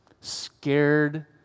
Scared